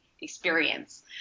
experience